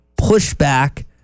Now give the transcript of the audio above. pushback